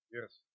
Yes